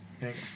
Thanks